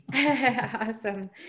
Awesome